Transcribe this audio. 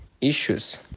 issues